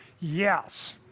Yes